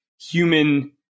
human